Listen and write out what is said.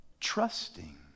trusting